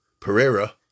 Pereira